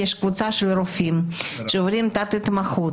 יש קבוצה של רופאים שעוברים תת התמחות